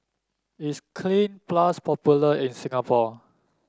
is Cleanz Plus popular in Singapore